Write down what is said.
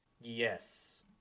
Yes